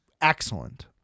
excellent